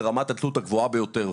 לרמת התלות הגבוהה ביותר.